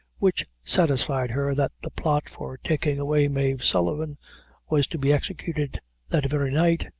which satisfied her that the plot for taking away mave sullivan was to be executed that very night,